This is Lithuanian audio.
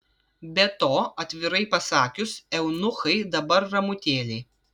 be to atvirai pasakius eunuchai dabar ramutėliai